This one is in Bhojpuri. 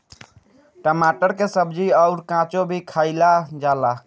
टमाटर के सब्जी अउर काचो भी खाएला जाला